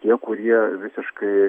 tie kurie visiškai